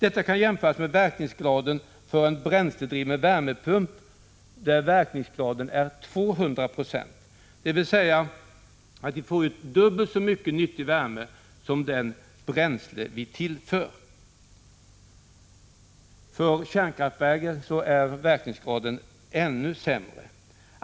Detta kan jämföras med verkningsgraden för en bränsledriven värmepump, som är ca 200 Ze, dvs. man får ut dubbelt så mycket nyttig värmeenergi som i det bränsle man tillför. För kärnkraftverken är verkningsgraden ännu sämre.